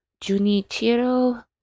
Junichiro